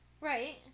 Right